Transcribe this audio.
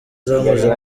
zamaze